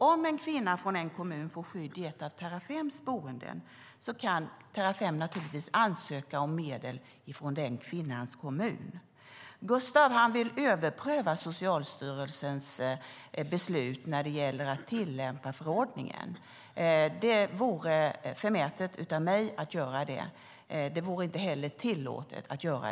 Om en kvinna får skydd i ett av Terrafems boenden kan Terrafem naturligtvis ansöka om medel från den kvinnans kommun. Gustav vill överpröva Socialstyrelsens beslut när det gäller att tillämpa förordningen. Det vore förmätet av mig att göra det. Det vore inte heller tillåtet.